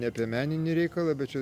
apie meninį reikalą bet čia